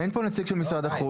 לא, אין פה נציג של משרד החוץ.